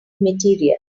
material